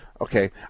Okay